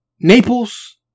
Naples